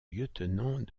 lieutenant